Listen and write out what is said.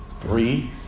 three